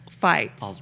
fights